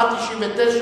עד 1999: